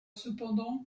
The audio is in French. cependant